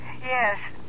Yes